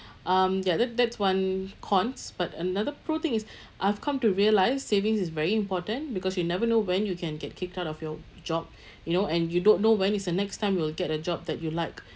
um ya that that's one cons but another pro thing is I've come to realise savings is very important because you never know when you can get kicked out of your job you know and you don't know when is the next time you will get a job that you like